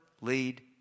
lead